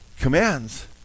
commands